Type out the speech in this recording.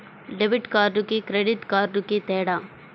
Debit కార్డుకి credit కార్డుకి తేడా?